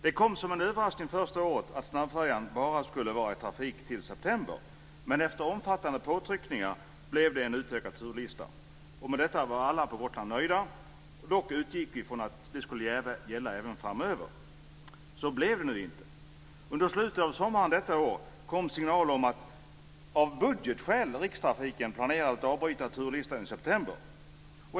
Det kom som en överraskning det första året att snabbfärjan bara skulle vara i trafik till september, men efter omfattande påtryckningar utökades turlistan. Med detta var alla på Gotland nöjda. Dock utgick vi från att detta skulle gälla framöver. Så blev det nu inte. Under slutet av sommaren detta år kom signaler om att Rikstrafiken av budgetskäl planerade att avbryta turlistan i september.